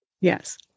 yes